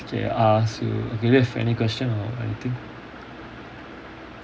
K I ask you okay do you have any question or anything